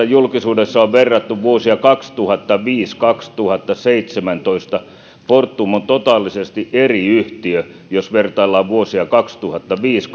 julkisuudessa on verrattu vuosia kaksituhattaviisi ja kaksituhattaseitsemäntoista fortum on totaalisesti eri yhtiö jos vertaillaan vuosia kaksituhattaviisi